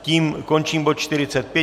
Tím končím bod 45.